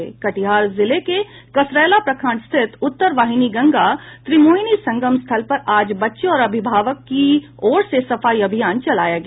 कटिहार जिले के कसरेला प्रखंड स्थित उत्तर वाहिनी गंगा त्रिमोहिनी संगम स्थल पर आज बच्चे और अभिभावक की ओर से सफाई अभियान चलाया गया